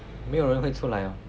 没有人会出来 ah